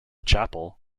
chapel